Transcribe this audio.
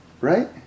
Right